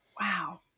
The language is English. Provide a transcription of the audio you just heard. Wow